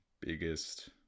biggest